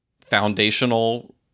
foundational